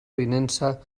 avinença